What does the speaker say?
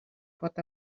pot